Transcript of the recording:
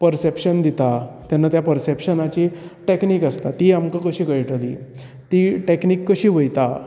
perception दिता तेन्ना त्या परसॅप्शनाची टॅक्नीक आसता ती आमकां कशी कळटली ती टॅक्नीक कशी वयता